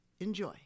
Enjoy